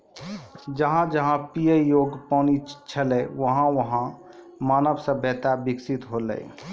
जहां जहां पियै योग्य पानी छलै वहां वहां मानव सभ्यता बिकसित हौलै